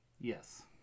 yes